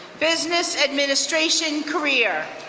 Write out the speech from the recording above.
business administration career.